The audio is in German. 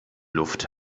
luft